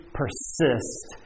persist